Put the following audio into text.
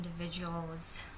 individuals